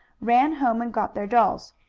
ran home and got their dolls.